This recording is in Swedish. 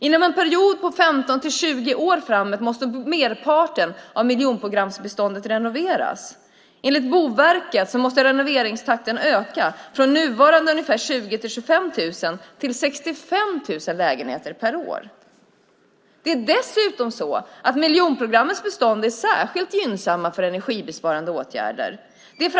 Inom en period på 15-20 år framåt måste merparten av miljonprogramsbeståndet renoveras. Enligt Boverket måste renoveringstakten öka från nuvarande 20 000-25 000 till 65 000 lägenheter per år. Miljonprogrammets bestånd är dessutom särskilt gynnsamma för energibesparande åtgärder.